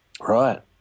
Right